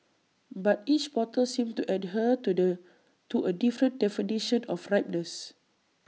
but each bottle seemed to adhere to the to A different definition of ripeness